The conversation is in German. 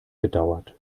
gedauert